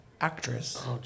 actress